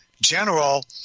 general